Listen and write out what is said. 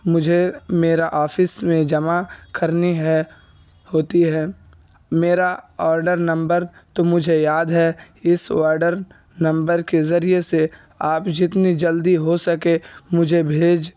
مجھے میرا آفس میں جمع کرنی ہے ہوتی ہے میرا آڈر نمبر تو مجھے یاد ہے اس آڈر نمبر کے ذریعے سے آپ جتنی جلدی ہو سکے مجھے بھیج